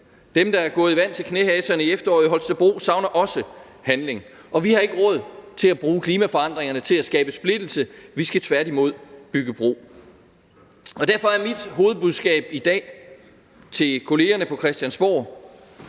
Dem, der gik i vand til knæhaserne i Holstebro i efteråret, savner også handling. Vi har ikke råd til at bruge klimaforandringerne til at skabe splittelse, vi skal tværtimod bygge bro. Og derfor er mit hovedbudskab i dag til kollegerne på Christiansborg,